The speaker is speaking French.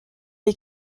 est